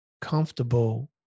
comfortable